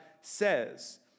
says